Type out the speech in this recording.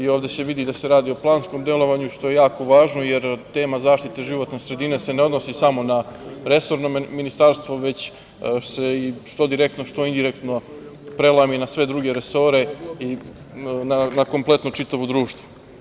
Ovde se vidi da se radi o planskom delovanju, što je jako važno, jer tema zaštite životne sredine se ne odnosi samo na resorno ministarstvo, već se, što direktno, što indirektno prelama i na sve druge resore i na kompletno čitavo društvo.